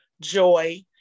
joy